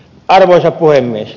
arvoisa puhemies